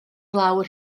lawr